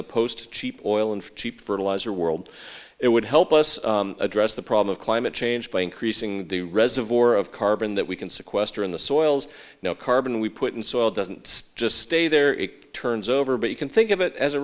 the post cheap oil and cheap fertilizer world it would help us address the problem of climate change by increasing the reservoir of carbon that we can sequester in the soils no carbon we put in soil doesn't stay there it turns over but you can think of it as a